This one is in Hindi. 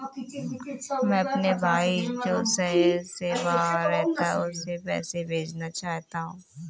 मैं अपने भाई जो शहर से बाहर रहता है, उसे पैसे भेजना चाहता हूँ